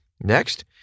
Next